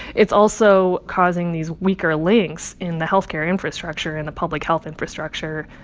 it's also causing these weaker links in the health care infrastructure and the public health infrastructure.